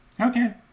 Okay